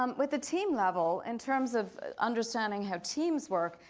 um with a team level in terms of understanding how teams work,